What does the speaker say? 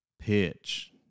pitch